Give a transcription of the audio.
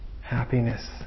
happiness